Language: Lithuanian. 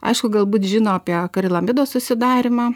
aišku galbūt žino apie karilambido susidarymą